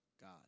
God